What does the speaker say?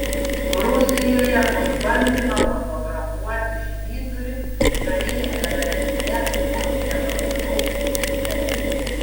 rusijoje už bandymą fotografuoti švyturį kariniame dalinyje vos nepakliuvau į cypę